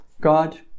God